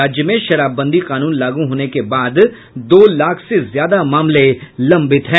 राज्य में शराबबंदी कानून लागू होने के बाद दो लाख से ज्यादा मामले लंबित है